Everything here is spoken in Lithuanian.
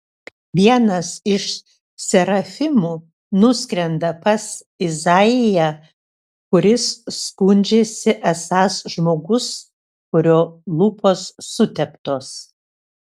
vienas iš serafimų nuskrenda pas izaiją kuris skundžiasi esąs žmogus kurio lūpos suteptos